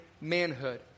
manhood